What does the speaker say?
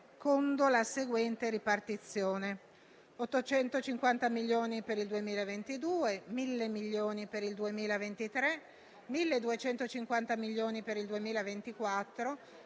secondo la seguente ripartizione: 850 milioni per il 2022, 1.000 milioni per il 2023, 1.250 milioni per il 2024,